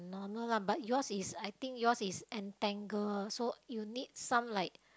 longer lah but yours is I think yours is untangle so you need some like